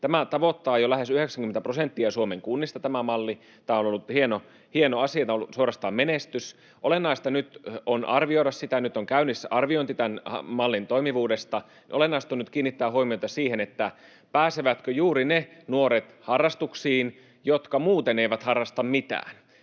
Tämä malli tavoittaa jo lähes 90 prosenttia Suomen kunnista. Tämä on ollut hieno asia, tämä on ollut suorastaan menestys. Olennaista nyt on arvioida sitä. Nyt on käynnissä arviointi tämän mallin toimivuudesta. Olennaista on nyt kiinnittää huomiota siihen, pääsevätkö harrastuksiin juuri ne nuoret, jotka muuten eivät harrasta mitään.